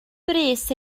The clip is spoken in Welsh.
brys